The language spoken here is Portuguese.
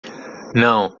não